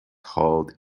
hauled